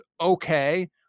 okay